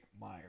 Meyer